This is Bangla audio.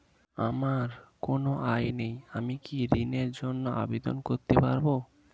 আমার কোনো আয় নেই আমি কি ঋণের জন্য আবেদন করতে পারব?